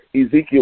Ezekiel